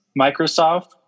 Microsoft